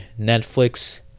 netflix